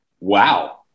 Wow